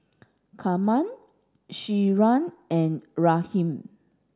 Carma Shira and Raheem